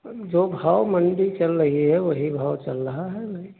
जो भाव मंडी चल रही है वहीं भाव चल रहा है भाई